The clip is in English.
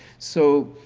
so,